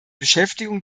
beschäftigung